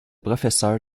professeur